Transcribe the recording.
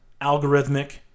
algorithmic